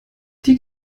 die